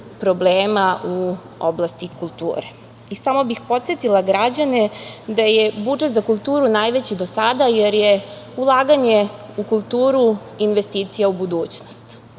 problema u oblasti kulture. Samo bih podsetila građane da je budžet za kulturu najveći do sada, jer je ulaganje u kulturu investicija u budućnost.